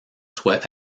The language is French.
soit